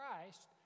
Christ